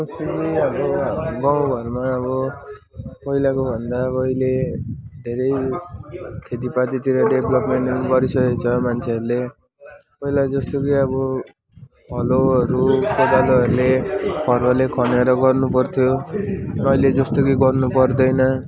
actually अब गाउँघरमा अब पहिलाको भन्दा अब अहिले धेरै खेतीपातीतिर डेभ्लपमेन्ट गरिसकेको छ मान्छेहरूले पहिला जस्तो अब हलोहरू कोदालोहरूले फरुवाले खनेर गर्नुपर्थ्यो र अहिले जस्तो कि गर्नुपर्दैन